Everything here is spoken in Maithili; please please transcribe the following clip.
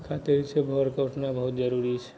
साथे उठिके भोरके उठनाइ बहुत जरूरी छै